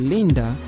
Linda